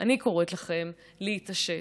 אני קוראת לכם להתעשת,